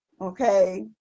okay